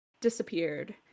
disappeared